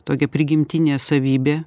tokia prigimtinė savybė